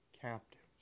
captives